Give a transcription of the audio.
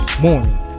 morning